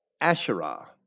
Asherah